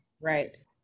right